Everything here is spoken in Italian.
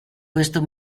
questo